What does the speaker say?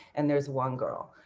and there's one girl.